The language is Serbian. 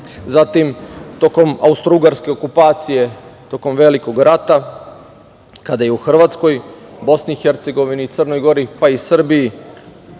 zatim, tokom austrougarske okupacije, tokom velikog rata, kada je u Hrvatskoj, Bosni i Hercegovini i Crnoj Gori, pa i Srbiji,